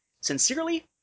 Sincerely